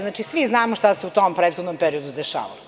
Znači, svi znamo šta se u tom prethodnom periodu dešavalo.